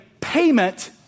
payment